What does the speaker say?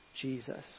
Jesus